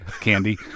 candy